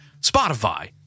Spotify